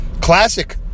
Classic